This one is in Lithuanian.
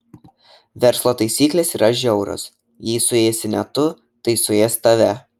verslo taisyklės yra žiaurios jei suėsi ne tu tai suės tave